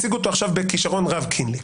הציג אותו עכשיו בכישרון רב קינלי,